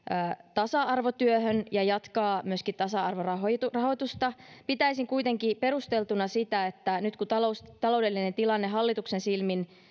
tasa arvotyöhön ja jatkaa myöskin tasa arvorahoitusta pitäisin kuitenkin perusteltuna sitä että nyt kun taloudellinen tilanne hallituksen silmin